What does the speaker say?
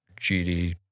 GD